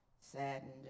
saddened